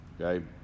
okay